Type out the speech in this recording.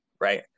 right